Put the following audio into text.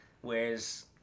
whereas